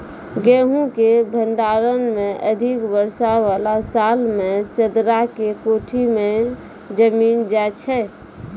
गेहूँ के भंडारण मे अधिक वर्षा वाला साल मे चदरा के कोठी मे जमीन जाय छैय?